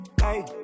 hey